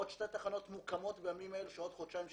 עוד שתי תחנות שמוקמות בימים אלה יתחילו לעבוד בעוד חודשיים-שלושה.